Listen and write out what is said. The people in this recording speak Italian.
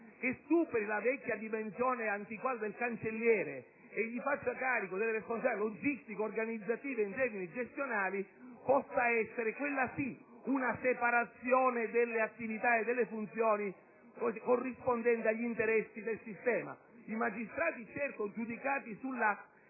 che superi la vecchia e antiquata dimensione del cancelliere e gli faccia carico delle responsabilità logistico-organizzative in termini gestionali, possa essere - quella sì - una separazione delle attività e delle funzioni corrispondente agli interessi del sistema. È necessario che i magistrati vengano giudicati sulla